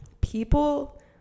People